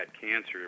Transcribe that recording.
cancer